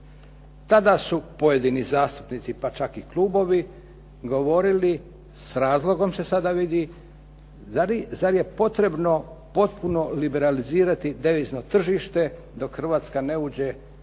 Tada su pojedini zastupnici pa čak i klubovi govorili, s razlogom se sada vidi, zar je potrebno potpuno liberalizirati devizno tržište dok Hrvatska ne uđe